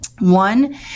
One